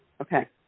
Okay